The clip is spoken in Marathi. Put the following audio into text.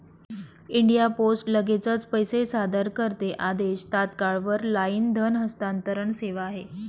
इंडिया पोस्ट लगेचच पैसे सादर करते आदेश, तात्काळ वर लाईन धन हस्तांतरण सेवा आहे